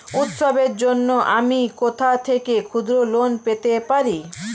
উৎসবের জন্য আমি কোথা থেকে ক্ষুদ্র লোন পেতে পারি?